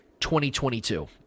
2022